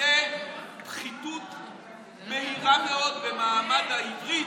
תשיבי על שאלות, בבקשה.